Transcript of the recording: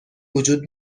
وجود